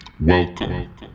Welcome